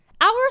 hours